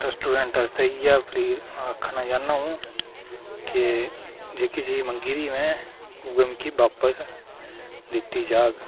restaurant आस्तै appeal इ'यै आखना चाह्न्नां कि जेह्की चीज़ मंगी दी में उ'ऐ मिगी बापस दित्ती जाह्ग